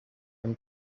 him